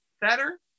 better